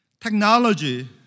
technology